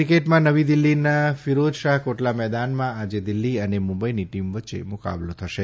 ક્રિકેટમાં નવી દિલ્ફીના ફિરોજશા કોટલા મેદાનમાં આજે દિલ્ફી અને મુંબઈની ટીમ વચ્ચે મુકાબલો થશે